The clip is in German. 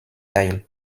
teil